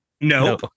No